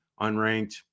unranked